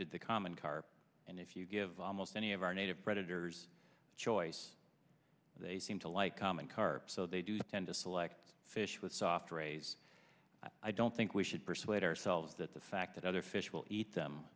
did the common carp and if you give almost any of our native predators choice they seem to like common carp so they do tend to select fish with soft rays i don't think we should persuade ourselves that the fact that other fish will eat them